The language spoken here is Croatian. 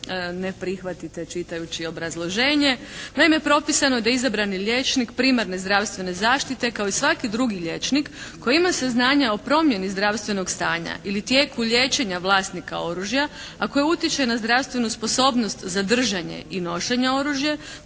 ne prihvatite čitajući obrazloženje. Naime propisano je da izabrani liječnik primarne zdravstvene zaštite kao i svaki drugi liječnik koji ima saznanja o promjeni zdravstvenog stanja ili tijeku liječenja vlasnika oružja a koje utječe na zdravstvenu sposobnost za držanje i nošenje oružja